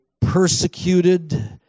persecuted